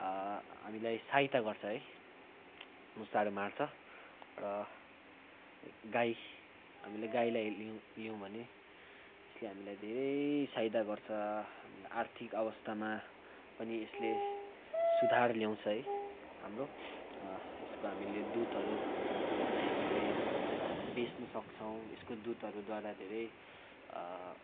हामीलाई सहायता गर्छ है मुसाहरू मार्छ र गाई हामीले गाईलाई लियौँ भने त्यसले हामीलाई धेरै सहायता गर्छ आर्थिक अवस्थामा पनि यसले सुधार ल्याउँछ है हाम्रो यसको हामीले दुधहरूलाई हामीले बेच्नु सक्छौँ यस्को दुधहरूद्वारा धेरै